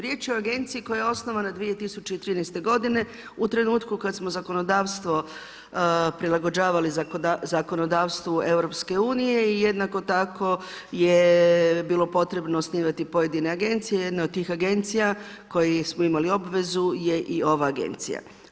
Riječ je o agenciji koja je osnovana 2013. g., u trenutku kad smo zakonodavstvo prilagođavali zakonodavstvu EU-a i jednako tako je bilo potrebno osnivati pojedine agencije, jedna od tih agencija koji smo imali obvezu je i ova agencija.